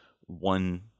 one